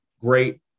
great